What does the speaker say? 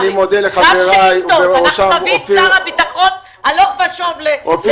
אני מודה לחבריי ובראשם אופיר